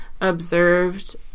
observed